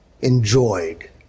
enjoyed